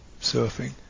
surfing